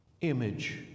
image